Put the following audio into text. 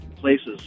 places